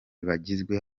bagizwe